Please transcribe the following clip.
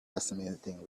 estimating